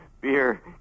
beer